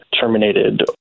terminated